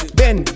ben